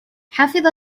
حفظ